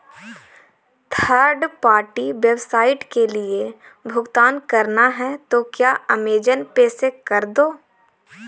third party website के लिए भुगतान करना है तो क्या अमेज़न पे से कर दो